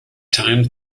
times